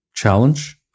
Challenge